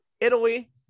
italy